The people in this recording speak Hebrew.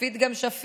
שפיט גם שפיט,